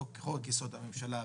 חוק-יסוד: הממשלה וחוק-יסוד: